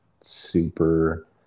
super